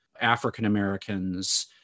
African-Americans